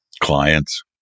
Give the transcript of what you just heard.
Clients